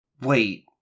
Wait